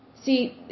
See